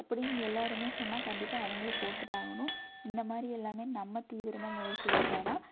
அப்படின்னு எல்லாருமே சொன்னால் கண்டிப்பாக அவங்களும் போட்டு தான் ஆகணும் இந்த மாதிரி எல்லாமே நம்ம தீவிரமாக முயற்சி எடுத்தால் தான்